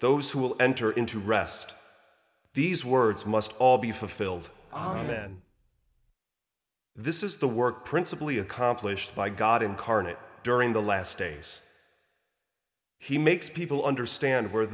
those who will enter into rest these words must all be fulfilled then this is the work principally accomplished by god incarnate during the last days he makes people understand where